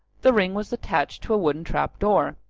the ring was attached to a wooden trap door.